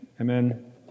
Amen